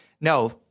no